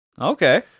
Okay